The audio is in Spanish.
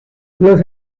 los